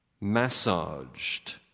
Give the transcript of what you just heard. massaged